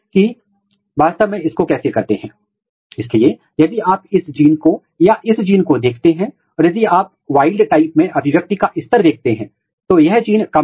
आज हमने अभिव्यक्ति पैटर्न विश्लेषण को समाप्त कर दिया है विशेष रूप से हमने लिया है कि पौधे में जीन के टेंपोरल और स्पेसीएल अभिव्यक्ति पैटर्न का अध्ययन करने के तरीके क्या हैं